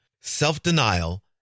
self-denial